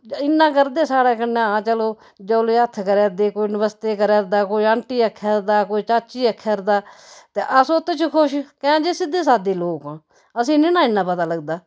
इन्ना करदे साढ़े कन्नै हां चलो जोले हत्थ करा दे कोई नमस्ते करा'रदे कोई आंटी आखा'रदा दा कोई चाची आखा'रदा ते अस उत्तै च खुश कैंह् जे सिद्धे साद्धे लोक आं असें ने नां इन्ना पता लगदा